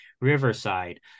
Riverside